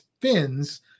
fins